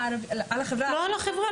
לא על החברה,